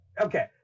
Okay